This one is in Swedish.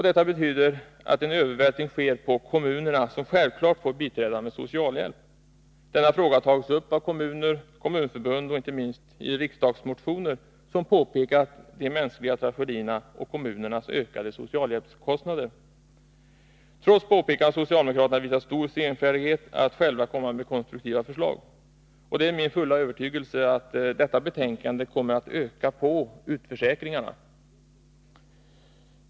Detta betyder att en övervältring sker på kommunerna, som självfallet får biträda med socialhjälp. Denna fråga har tagits upp av kommuner, kommunförbund och inte minst i riksdagsmotioner, som påpekat de mänskliga tragedierna och kommunernas ökade socialhjälpskostnader. Trots påpekanden har socialdemokraterna visat stor senfärdighet att själva komma med konstruktiva förslag. Det är min fulla övertygelse att detta betänkande kommer att öka utförsäkringarna.